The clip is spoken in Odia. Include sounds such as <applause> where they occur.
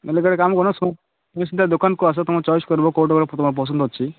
ନହେଲେ ଗୋଟେ କାମ କରୁନ ତୁମେ ସିଧା ଦୋକାନକୁ ଆସ ତମେ ଚଏସ୍ କରିବ <unintelligible> ପସନ୍ଦ ଅଛି